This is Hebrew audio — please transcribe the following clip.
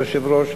אדוני היושב-ראש,